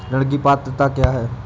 ऋण की पात्रता क्या है?